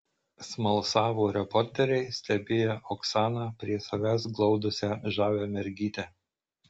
smalsavo reporteriai stebėję oksaną prie savęs glaudusią žavią mergytę